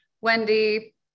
Wendy